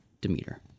Demeter